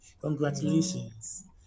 Congratulations